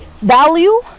value